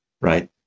right